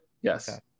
Yes